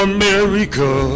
America